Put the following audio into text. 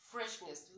Freshness